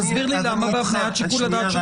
תסביר לי למה בהבניית שיקול הדעת של